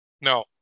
no